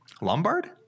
lombard